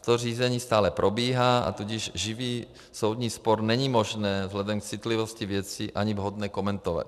To řízení stále probíhá, a tudíž živý soudní spor není možné vzhledem k citlivosti věcí ani vhodné komentovat.